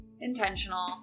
intentional